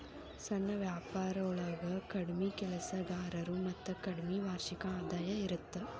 ಸಣ್ಣ ವ್ಯಾಪಾರೊಳಗ ಕಡ್ಮಿ ಕೆಲಸಗಾರರು ಮತ್ತ ಕಡ್ಮಿ ವಾರ್ಷಿಕ ಆದಾಯ ಇರತ್ತ